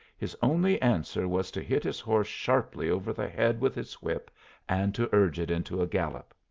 his only answer was to hit his horse sharply over the head with his whip and to urge it into a gallop.